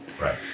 Right